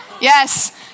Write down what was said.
Yes